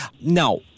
Now